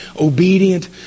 obedient